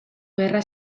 gerra